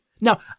Now